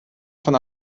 von